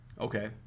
Okay